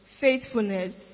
faithfulness